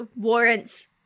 warrants